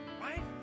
Right